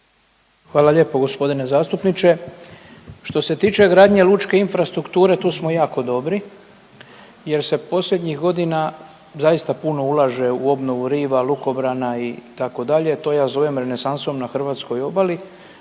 Hvala lijepa gospodine zastupniče. Što se tiče gradnje lučke infrastrukture tu smo jako dobri jer se posljednjih godina zaista puno ulaže u obnovu riva, lukobrana itd., to ja zovem renesansom na hrvatskoj obali